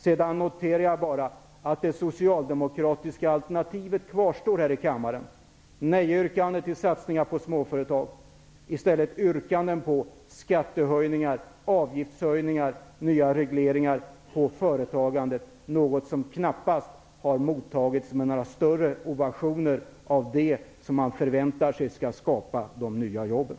Sedan noterar jag bara att det socialdemokratiska alternativet kvarstår: nej-yrkande till insatser på småföretagsamhet, ja-yrkande till skattehöjningar, avgiftshöjningar och nya regleringar för företagande, något som knappast har mottagits med några större ovationer av dem som man förväntar sig skall skapa de nya jobben.